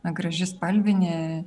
na graži spalvinė